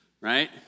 right